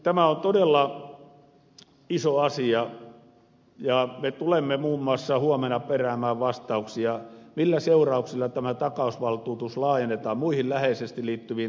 tämä on todella iso asia ja me tulemme muun muassa huomenna peräämään vastauksia siihen millä seurauksilla tämä takausvaltuutus laajennetaan muihin läheisesti liittyviin tarkoituksiin